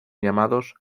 llamados